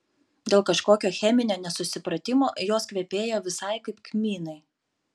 dėl kažkokio cheminio nesusipratimo jos kvepėjo visai kaip kmynai